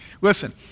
Listen